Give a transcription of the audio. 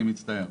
אני מצטער.